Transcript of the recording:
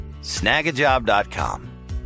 Snagajob.com